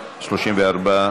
סעיפים 108(23)